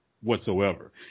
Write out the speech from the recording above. whatsoever